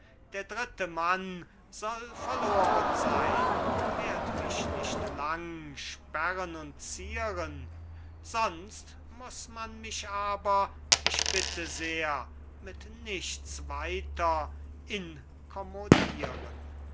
der dritte mann soll verloren sein werde mich nicht lang sperren und zieren sonst muß man mich aber ich bitte sehr mit nichts weiter